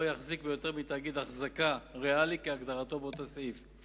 יחזיק ביותר מתאגיד החזקה ריאלי כהגדרתו באותו סעיף,